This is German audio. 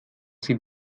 sie